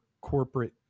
corporate